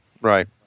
right